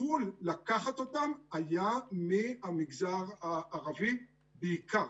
הפול לקחת אותם היה מהמגזר הערבי בעיקר.